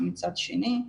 מצד שני.